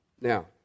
Now